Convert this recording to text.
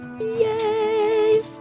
Yay